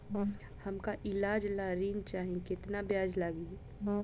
हमका ईलाज ला ऋण चाही केतना ब्याज लागी?